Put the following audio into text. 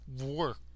work